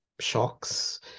shocks